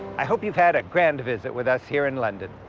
i hope you've had a grand visit with us here in london.